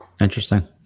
Interesting